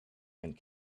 and